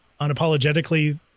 unapologetically